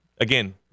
again